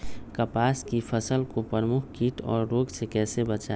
कपास की फसल को प्रमुख कीट और रोग से कैसे बचाएं?